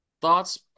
thoughts